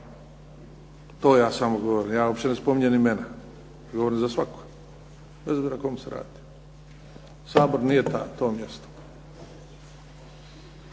To ja samo govorim. Ja uopće ne spominjem imena. To govorim za svakog, bez obzira o kome se radi. Sabor nije to mjesto.